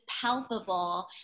palpable